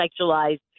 sexualized